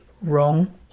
wrong